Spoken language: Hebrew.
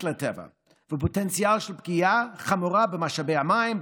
לטבע ופוטנציאל פגיעה חמורה במשאבי המים,